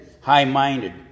high-minded